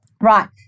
Right